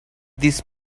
this